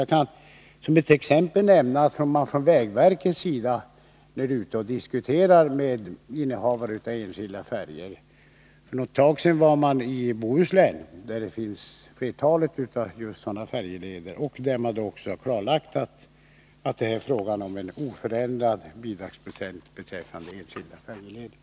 Jag kan som exempel nämna att man från vägverkets sida är ute och diskuterar med innehavare av enskilda färjor. För en tid sedan var man i Bohuslän, där flertalet sådana färjeleder finns, och då förklarade man att det är fråga om en oförändrad bestämmelse beträffande bidrag till enskilda färjeleder.